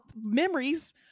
memories